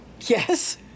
yes